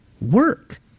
work